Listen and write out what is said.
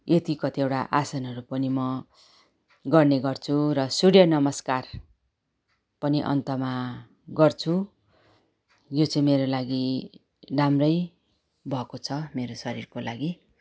यति कतिवटा आसनहरू पनि म गर्ने गर्छु र सूर्य नमस्कार पनि अन्तमा गर्छु यो चाहिँ मेरो लागि राम्रै भएको छ मेरो शरीरको लागि